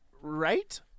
Right